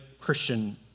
Christian